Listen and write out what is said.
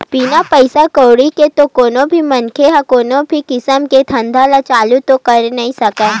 बिना पइसा कउड़ी के तो कोनो भी मनखे ह कोनो भी किसम के धंधा ल चालू तो करे नइ सकय